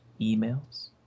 emails